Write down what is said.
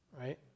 right